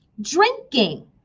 Drinking